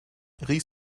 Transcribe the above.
rief